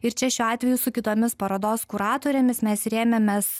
ir čia šiuo atveju su kitomis parodos kuratorėmis mes rėmėmės